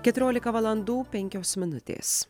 keturiolika valandų penkios minutės